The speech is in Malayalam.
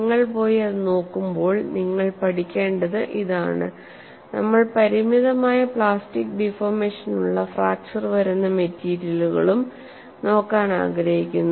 നിങ്ങൾ പോയി അത് നോക്കുമ്പോൾ നിങ്ങൾ പഠിക്കേണ്ടത് ഇതാണ് നമ്മൾ പരിമിതമായ പ്ലാസ്റ്റിക് ഡിഫോർമേഷൻ ഉള്ള ഫ്രാക്ച്ചർ വരുന്ന മെറ്റീരിയലുകളും നോക്കാൻ ആഗ്രഹിക്കുന്നു